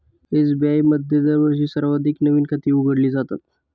SBI मध्ये दरवर्षी सर्वाधिक नवीन खाती उघडली जातात